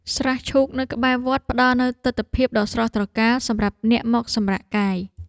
ស្រះឈូកនៅក្បែរវត្ត ផ្តល់នូវទិដ្ឋភាពដ៏ស្រស់ត្រកាលសម្រាប់អ្នកមកសម្រាកកាយ។